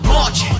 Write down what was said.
March